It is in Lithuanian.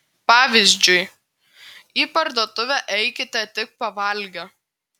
pavyzdžiui į parduotuvę eikite tik pavalgę